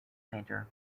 painter